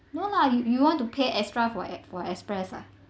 no lah you you want to pay extra for ex~ for express ah